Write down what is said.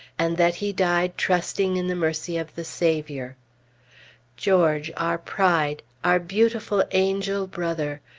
and that he died trusting in the mercy of the saviour. george! our pride! our beautiful, angel brother!